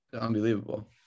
unbelievable